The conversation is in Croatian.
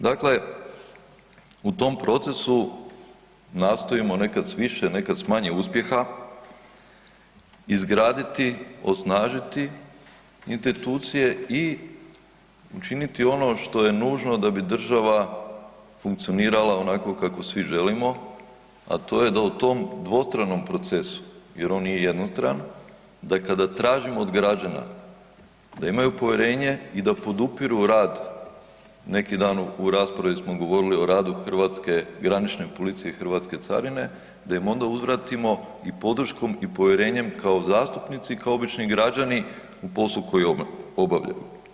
Dakle, u tom procesu nastojimo nekad s više nekad s manje uspjeha izgraditi, osnažiti institucije i učiniti ono što je nužno da bi država funkcionirala onako kako svi želimo a to je da u tom dvostranom procesu jer on nije jednostran, da kada tražimo od građana da imaju povjerenje i da podupiru rad, neki dan u raspravi smo govorili o radu hrvatske granične policije i hrvatske carine da im onda uzvratimo i podrškom i povjerenjem kao zastupnici i kao obični građani u poslu koji obavljaju.